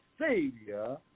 Savior